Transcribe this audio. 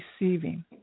receiving